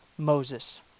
Moses